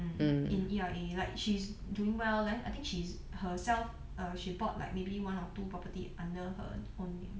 hmm in E_R_A like she's doing well then I think she's herself err she bought like maybe one or two property under her own name